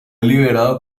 liberado